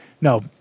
no